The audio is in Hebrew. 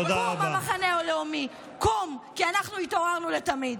קום, המחנה הלאומי, קום, כי אנחנו התעוררנו לתמיד.